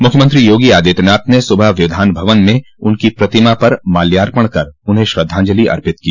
मुख्यमंत्री योगी आदित्यनाथ ने सुबह विधानभवन में उनकी प्रतिमा पर मार्ल्यापण कर उन्हें श्रद्धांजलि अर्पित की